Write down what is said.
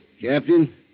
Captain